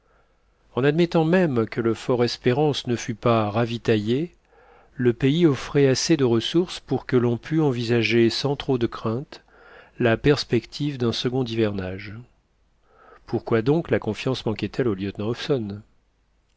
en admettant même que le fort espérance ne fût pas ravitaillé le pays offrait assez de ressources pour que l'on pût envisager sans trop de crainte la perspective d'un second hivernage pourquoi donc la confiance manquait elle au lieutenant hobson